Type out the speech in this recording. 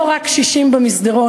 לא רק קשישים יש במסדרון.